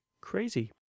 crazy